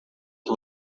que